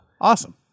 Awesome